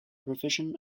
revision